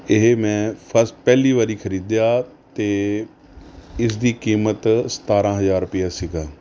ਇਹ ਮੈਂ ਫਸ ਪਹਿਲੀ ਵਾਰੀ ਖਰੀਦਿਆ ਅਤੇ ਇਸ ਦੀ ਕੀਮਤ ਸਤਾਰਾਂ ਹਜ਼ਾਰ ਰੁਪਈਆ ਸੀਗਾ